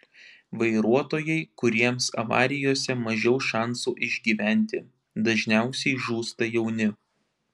vairuotojai kuriems avarijose mažiau šansų išgyventi dažniausiai žūsta jauni